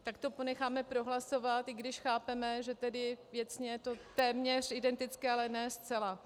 Tak to ponecháme prohlasovat, i když chápeme, že věcně je to téměř identické, ale ne zcela.